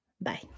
Bye